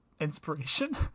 Inspiration